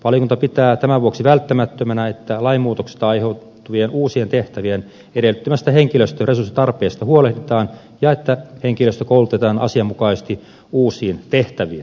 valiokunta pitää tämän vuoksi välttämättömänä että lainmuutoksesta aiheutuvien uusien tehtävien edellyttämästä henkilöstön resurssitarpeesta huolehditaan ja että henkilöstö koulutetaan asianmukaisesti uusiin tehtäviinsä